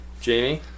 Jamie